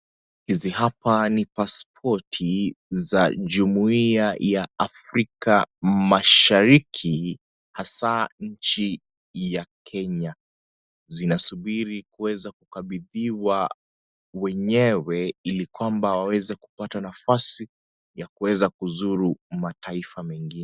Hizi hapa ni paspoti za jumuiya ya Afrika mashariki ,hasa nchi ya Kenya. Zinasubiri kuweza kukabidhiwa wenyewe, ili kwamba waweze kupata nafasi ya kuweza kuzuru mataifa mengine.